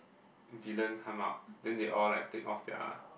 villain come out then they all like take off their